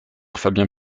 fabien